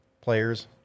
players